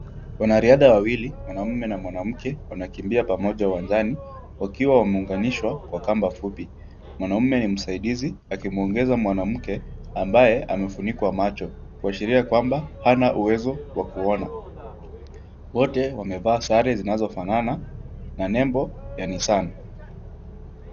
Wanariadha wawili mwanamume na mwanamke wanakimbia pamoja uwanjani wakiwa wameunganishwa kwa kamba fupi. Mwanaume ni msaidizi akimwongoza mwanamke ambaye amefunikwa macho kuashiria kwamba hana uwezo wa kuona. Wote wamevaa sare zinazofanana na nembo ya Nissan.